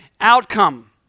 outcome